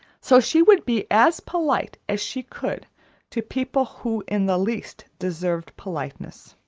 so she would be as polite as she could to people who in the least deserved politeness.